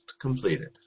completed